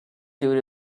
due